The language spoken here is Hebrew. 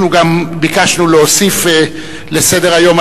אנחנו גם ביקשנו להוסיף לסדר-היום,